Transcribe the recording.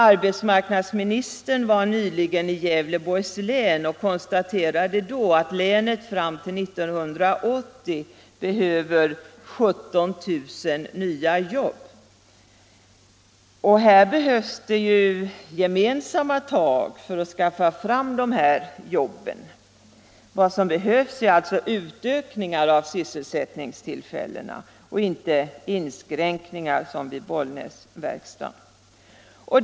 Arbetsmarknadsministern var nyligen i Gävleborgs län och konstaterade då att länet fram till 1980 behöver 17 000 nya jobb. Det fordras gemensamma tag för att skaffa fram de jobben. Vad som behövs är alltså en utökning av sysselsättningstillfällena och inte inskränkningar som vid Bollnäsverkstaden.